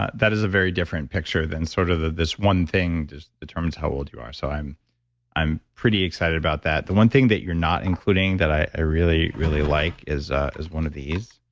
ah that is a very different picture than sort of this one thing just determines how old you are. so i'm i'm pretty excited about that. the one thing that you're not including that i really, really like is is one of these,